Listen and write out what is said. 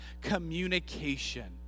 communication